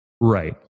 Right